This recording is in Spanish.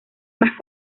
más